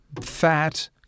fat